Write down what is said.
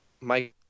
Mike